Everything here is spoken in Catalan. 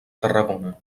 tarragona